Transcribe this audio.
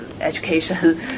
education